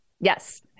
Yes